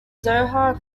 zohar